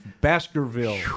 Baskerville